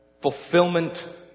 fulfillment